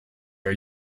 are